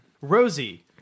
Rosie